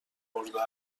برده